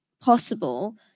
possible